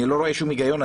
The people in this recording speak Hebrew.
אני לא רואה שום היגיון,